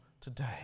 today